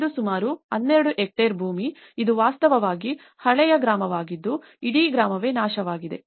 ಇದು ಸುಮಾರು 12 ಹೆಕ್ಟೇರ್ ಭೂಮಿ ಇದು ವಾಸ್ತವವಾಗಿ ಹಳೆಯ ಗ್ರಾಮವಾಗಿದ್ದು ಇಡೀ ಗ್ರಾಮವೇ ನಾಶವಾಗಿದೆ